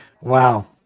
Wow